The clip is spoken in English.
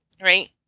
right